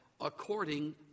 according